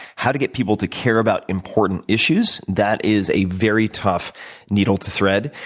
how to get people to care about important issues. that is a very tough needle to thread.